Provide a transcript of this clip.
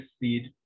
seed